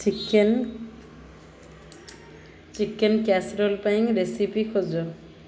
chicken chicken casserole ପାଇଁ recipe ଖୋଜ